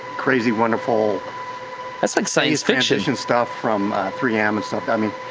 crazy wonderful that's like science fiction. stuff from three m and stuff. i mean